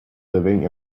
living